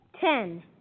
Ten